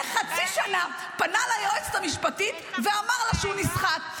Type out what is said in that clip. חצי שנה פנה ליועצת המשפטית ואמר לה שהוא נסחט.